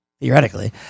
theoretically